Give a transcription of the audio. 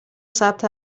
ثبت